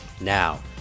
Now